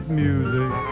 music